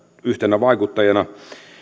yhtenä vaikuttajana